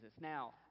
Now